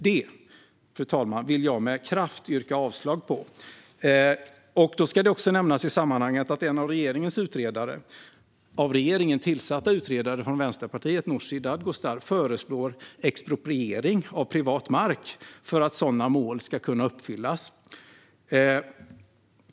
Det, fru talman, vill jag med kraft yrka avslag på. En av regeringens tillsatta utredare, Vänsterpartiets Nooshi Dadgostar, föreslår expropriering av privat mark för att sådana mål ska kunna uppfyllas.